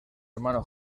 hermano